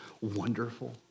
wonderful